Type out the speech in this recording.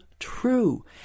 true